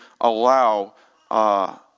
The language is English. allow